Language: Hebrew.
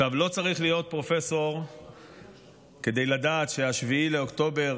לא צריך להיות פרופסור כדי לדעת ש-7 באוקטובר